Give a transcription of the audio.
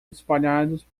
espalhados